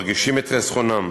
מרגישים את חסרונם.